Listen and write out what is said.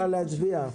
ולהצביע.